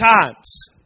times